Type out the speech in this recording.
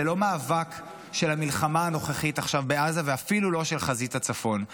זה גם לא מאבק של המלחמה הנוכחית עכשיו בעזה ואפילו לא של חזית הצפון.